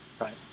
Right